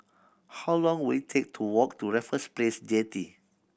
how long will it take to walk to Raffles Place Jetty